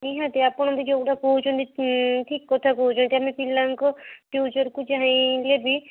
ନିହାତି ଆପଣ ବି ଯୋଉଟା କହୁଛନ୍ତି ଠିକ୍କଥା କହୁଛନ୍ତି ଆମେ ପିଲାଙ୍କ ଫିଉଚର୍କୁ ଚାହିଁଲେ ବି